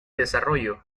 desarrollo